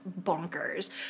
bonkers